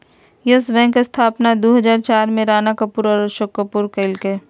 yes Bank स्थापना दू हजार चार में राणा कपूर और अशोक कपूर कइलकय